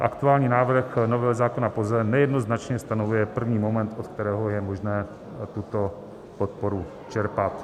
Aktuální návrh novely zákona POZE nejednoznačně stanovuje první moment, od kterého je možné tuto podporu čerpat.